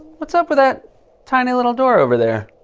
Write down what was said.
what's up with that tiny little door over there?